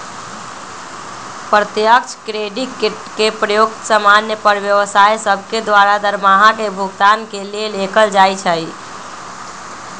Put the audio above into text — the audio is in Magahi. प्रत्यक्ष क्रेडिट के प्रयोग समान्य पर व्यवसाय सभके द्वारा दरमाहा के भुगतान के लेल कएल जाइ छइ